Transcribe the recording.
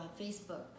Facebook